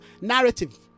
narrative